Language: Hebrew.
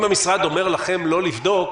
אם המשרד אומר לכם לא לבדוק,